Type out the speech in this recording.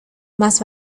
más